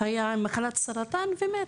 והיה חולה במחלת סרטן ומת.